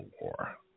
war